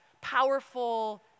powerful